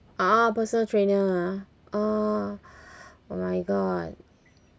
uh personal trainer ah uh my god